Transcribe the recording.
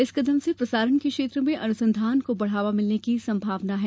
इस कदम से प्रसारण के क्षेत्र में अनुसंधान को बढ़ावा मिलने की संभावना है